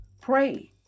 pray